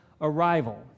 arrival